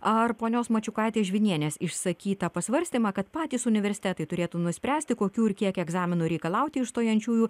ar ponios mačiukaitės žvinienės išsakytą pasvarstymą kad patys universitetai turėtų nuspręsti kokių ir kiek egzaminų reikalauti iš stojančiųjų